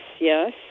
yes